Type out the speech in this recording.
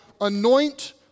anoint